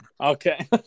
Okay